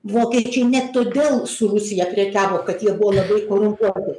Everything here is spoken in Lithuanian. vokiečiai ne todėl su rusija prekiavo kad jie buvo labai korumpuoti